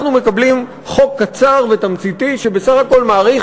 אנחנו מקבלים חוק קצר ותמציתי שבסך הכול מאריך